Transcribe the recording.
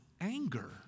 anger